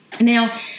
now